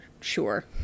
sure